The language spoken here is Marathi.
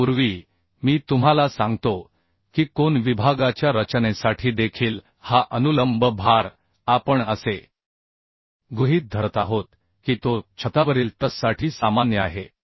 त्यापूर्वी मी तुम्हाला सांगतो की कोन विभागाच्या रचनेसाठी देखील हा अनुलंब भार आपण असे गृहीत धरत आहोत की तो छतावरील ट्रससाठी सामान्य आहे